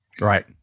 right